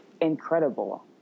incredible